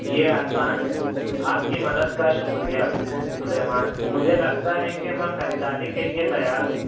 یہ آسان ہے آپ کی مدد کا شکریہ سلیمان مجھے لگتا ہے کہ میں خریداری کے لیے تیار ہوں